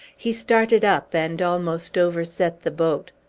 he started up, and almost overset the boat.